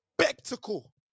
spectacle